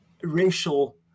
racial